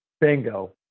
Bingo